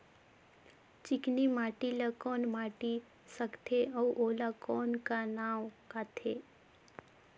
चिकनी माटी ला कौन माटी सकथे अउ ओला कौन का नाव काथे?